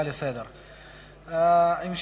כהצעה לסדר-היום.